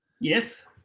Yes